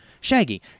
Shaggy